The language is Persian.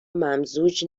ممزوج